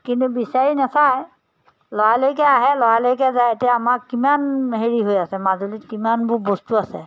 কিন্তু বিচাৰি নাচায় লৰা লৰিকৈ আহে লৰা লৰিকৈ যায় এতিয়া আমাক কিমান হেৰি হৈ আছে মাজুলীত কিমানবোৰ বস্তু আছে